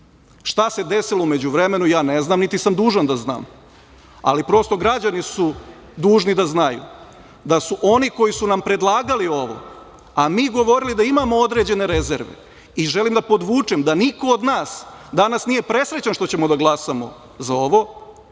Šta se desilo u međuvremenu, ja ne znam, niti sam dužan da znam. Ali prosto, građani su dužni da znaju da su oni koji su nam predlagali ovo, a mi govorili da imamo određene rezerve, i želim da podvučem da niko od nas danas nije presrećan što ćemo da glasamo za ovo,